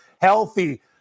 healthy